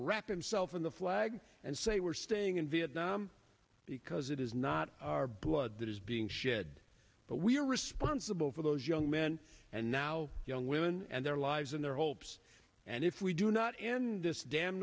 wrap themselves in the flag and say we're staying in vietnam because it is not our blood that is being shed but we are responsible for those young men and now young women and their lives and their hopes and if we do not end this